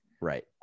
Right